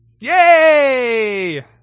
Yay